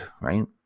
right